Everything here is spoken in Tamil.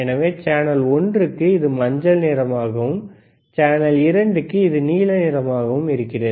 எனவே சேனல் ஒன்றுக்கு இது மஞ்சள் நிறமாகவும் சேனல் இரண்டுக்கு இது நீல நிறமாகவும் இருக்கிறது